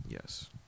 Yes